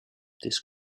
this